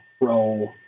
role